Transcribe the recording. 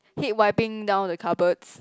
hate wiping down the cupboards